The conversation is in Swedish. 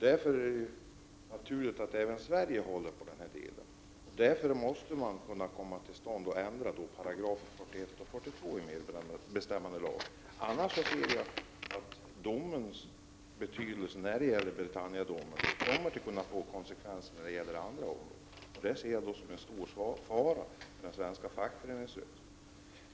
Det är därför naturligt att även Sverige håller på den delen, och vi måste av den anledningen få till stånd en ändring av 41 och 42 §§ MBL. Britannia-domen kommer annars att kunna få andra negativa konsekvenser, vilket jag ser som en stor fara för den svenska fackföreningsrörelsen.